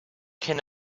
can